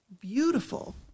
beautiful